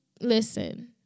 listen